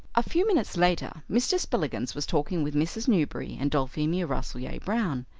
a few minutes later mr. spillikins was talking with mrs. newberry and dulphemia rasselyer-brown,